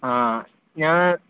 ആ ഞാൻ